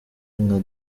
nka